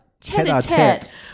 tete-a-tete